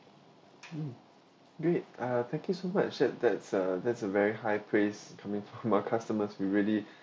mm great uh thank you so much that's a that's a that's a very high praise coming from our customers we really